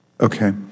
okay